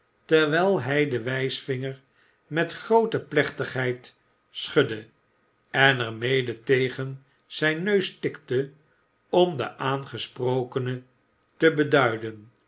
terwijl hij den wijsvinger met groote plechtigheid schudde en er mede tegen zijn neus tikte om den aangesprokene te beduiden